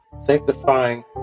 sanctifying